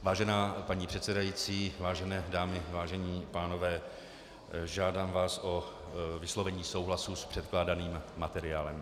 Vážená paní předsedající, vážené dámy, vážení pánové, žádám vás o vyslovení souhlasu s předkládaným materiálem.